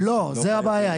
לא, זאת הבעיה.